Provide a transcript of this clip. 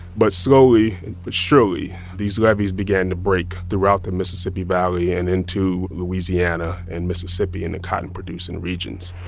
but slowly but surely, these levees began to break throughout the mississippi valley and into louisiana and mississippi and the cotton-producing regions